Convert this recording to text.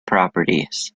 properties